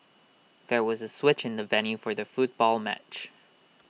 there was A switch in the venue for the football match